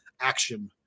action